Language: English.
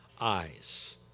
eyes